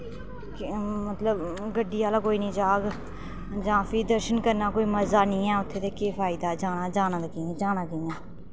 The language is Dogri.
मतलब गड्डियां आह्ला कोई निं जाह्ग जां फ्ही दर्शन करना कोई मज़ा निं ऐ उत्थें जाना पर जाना कि'यां